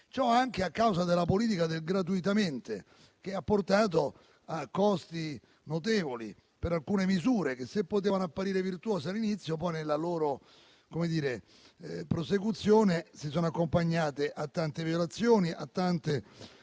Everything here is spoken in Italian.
Ciò anche a causa della politica del "gratuitamente", che ha portato a costi notevoli per alcune misure che, se potevano apparire virtuose all'inizio, poi, nella loro prosecuzione, si sono accompagnate a tante violazioni e a tante